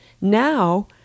now